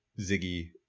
Ziggy